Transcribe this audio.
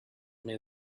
new